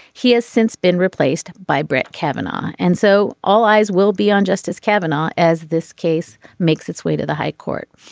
he has since been replaced by brett kavanaugh. and so all eyes will be on justice kavanaugh as this case makes its way to the high court.